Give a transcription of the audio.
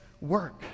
work